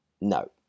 No